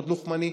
מאוד לוחמני,